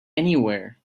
anywhere